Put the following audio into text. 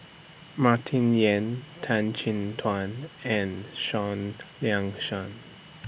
Martin Yan Tan Chin Tuan and Seah Liang Seah